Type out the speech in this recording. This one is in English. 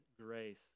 grace